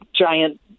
giant